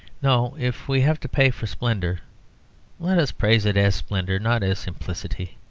no! if we have to pay for splendour let us praise it as splendour, not as simplicity.